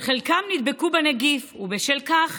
שחלקם נדבקו בנגיף ובשל כך